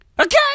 Okay